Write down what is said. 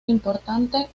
importante